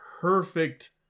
perfect